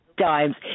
times